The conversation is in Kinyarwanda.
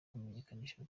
kumenyekanisha